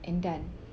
and done